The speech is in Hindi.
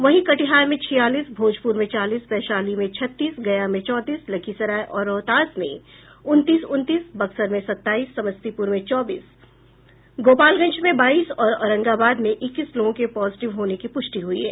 वहीं कटिहार में छियालीस भोजपुर में चालीस वैशाली में छत्तीस गया में चौंतीस लखीसराय और रोहतास में उनतीस उनतीस बक्सर में सत्ताईस समस्तीपुर में चौबीस गोपालगंज में बाईस और औरंगाबाद में इक्कीस लोगों के पॉजिटिव होने की पुष्टि हुई है